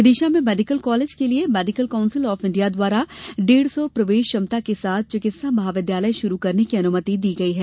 विदिशा में medical college के लिए मेडिकल कांउसिल आफ इण्डिया द्वारा डेढ़ सौ प्रवेश क्षमता के साथ चिकित्सा महाविद्यालय शुरू करने की अनुमति दी गई है